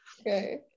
okay